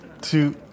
two